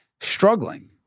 struggling